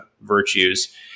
virtues